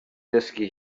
ddysgu